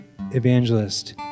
evangelist